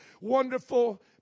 wonderful